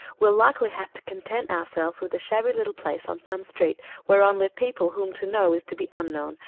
we'll likely have to content ourselves with a shabby little place on some street whereon live people whom to know is to be unknown,